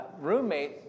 roommate